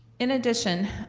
in addition,